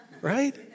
right